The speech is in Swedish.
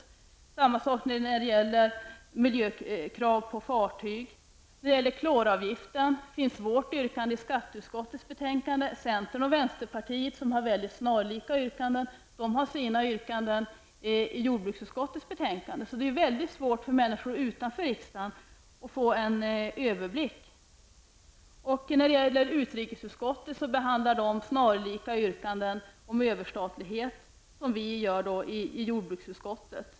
Detsamma gäller miljökraven på fartyg. När det gäller kloravgiften finns vårt yrkande i skatteutskottets betänkande. Centerns och vänsterpartiets väldigt snarlika yrkanden återfinns i jordbruksutskottets betänkande. Det är väldigt svårt för människor utanför riksdagen att få en överblick. Utrikesutskottet behandlar yrkanden om överstatlighet som är snarlika dem som behandlas i jordbruksutskottet.